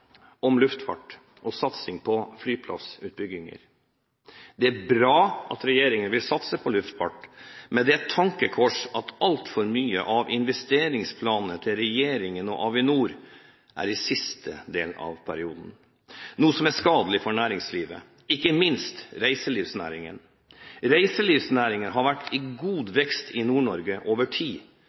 om luftfart og satsing på flyplassutbygginger. Det er bra at regjeringen vil satse på luftfart, men det er et tankekors at altfor mange av investeringsplanene til regjeringen og Avinor er i siste del av perioden. Dette er skadelig for næringslivet – ikke minst reiselivsnæringen. Reiselivsnæringen har vært i god vekst i Nord-Norge over tid,